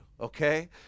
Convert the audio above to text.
okay